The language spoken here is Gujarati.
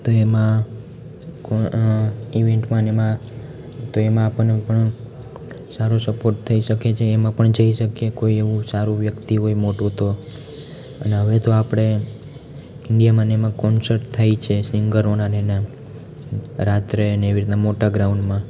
તો એમાં ઈવેંટમાંને એમાં તો એમાં આપણને ઘણું સારો સપોર્ટ થઈ શકે છે એમાં પણ જઈ શકીએ કોઈ એવું સારું વ્યક્તિ હોય મોટું તો અને હવે તો આપણે ઇન્ડીયામાંને એમાં કોન્સર્ટ થાય છે સિંગરોનાને એના રાત્રેને એવી રીતે મોટા ગ્રાઉન્ડમાં